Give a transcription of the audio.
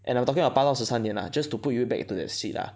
and I'm talking about 八到十三年 lah just to put you back to that seat lah